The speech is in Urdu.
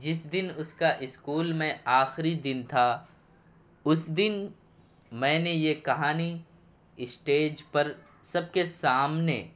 جس دن اس کا اسکول میں آخری دن تھا اس دن میں نے یہ کہانی اسٹیج پر سب کے سامنے